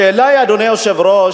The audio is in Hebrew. השאלה היא, אדוני היושב-ראש,